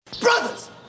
Brothers